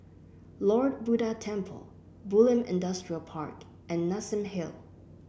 Lord Buddha Temple Bulim Industrial Park and Nassim Hill